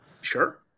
Sure